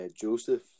Joseph